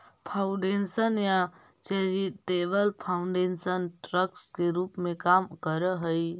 foundation या charitable foundation trust के रूप में काम करऽ हई